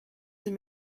hem